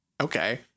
Okay